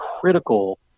critical